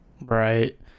Right